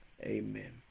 Amen